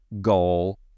Goal